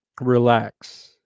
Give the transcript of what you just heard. relax